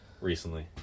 recently